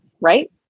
right